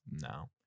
No